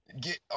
get